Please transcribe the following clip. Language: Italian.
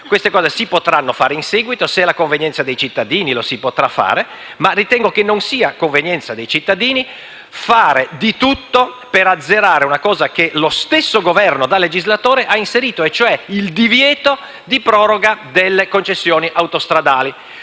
Queste cose si potranno fare in seguito. Se è nella convenienza dei cittadini, lo si potrà fare. Ma io ritengo che non sia convenienza dei cittadini fare di tutto per azzerare una misura che lo stesso Governo, da legislatore, ha inserito, cioè il divieto di proroga delle concessioni autostradali,